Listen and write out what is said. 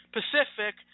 Pacific